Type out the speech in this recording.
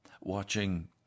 Watching